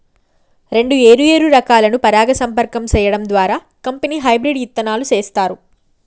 రెండు ఏరు ఏరు రకాలను పరాగ సంపర్కం సేయడం ద్వారా కంపెనీ హెబ్రిడ్ ఇత్తనాలు సేత్తారు